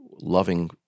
loving